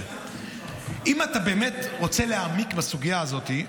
אם אתה באמת רוצה להעמיק בסוגיה הזאת,